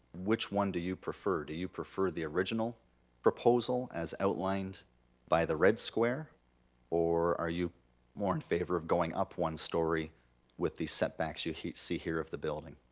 which one do you prefer? do you prefer the original proposal as outlined by the red square or are you more in favor of going up one story with the setbacks you see here of the building?